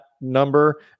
number